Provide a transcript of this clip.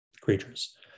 creatures